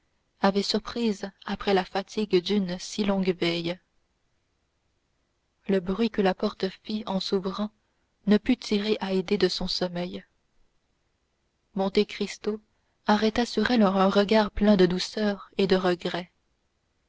avait surprise après la fatigue d'une si longue veille le bruit que la porte fit en s'ouvrant ne put tirer haydée de son sommeil monte cristo arrêta sur elle un regard plein de douceur et de regret